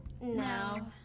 No